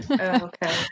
okay